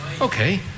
okay